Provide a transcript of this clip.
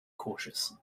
cautious